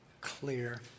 clear